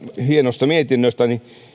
hienosta mietinnöstä